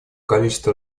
количества